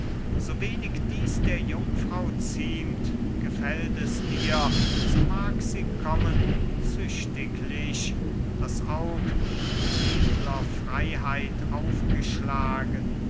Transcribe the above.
so wenig dies der jungfrau ziemt gefällt es dir so mag sie kommen züchtiglich das aug mit edler freiheit aufgeschlagen